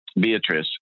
Beatrice